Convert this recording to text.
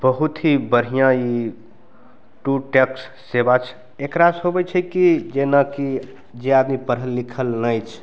बहुत ही बढ़िआँ ई टू टेक्स्ट सेवा छै एकरासे होइ छै कि जेनाकि जे आदमी पढ़ल लिखल नहि छै